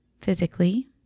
physically